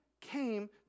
came